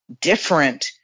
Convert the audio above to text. different